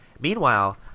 Meanwhile